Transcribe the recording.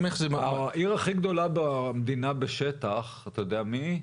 העיר הכי גדולה במדינה בשטח, אתה יודע מי היא?